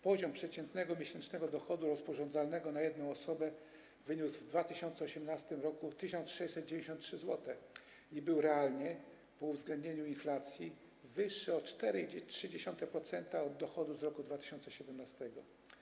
Poziom przeciętnego miesięcznego dochodu rozporządzalnego na jedną osobę wyniósł w 2018 r. 1693 zł i był realnie, po uwzględnieniu inflacji, wyższy o 4,3% od dochodu z roku 2017.